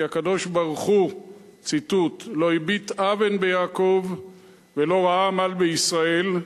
כי הקדוש-ברוך-הוא "לא הביט אָוֶן ביעקב ולא ראה עמל בישראל".